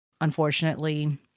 unfortunately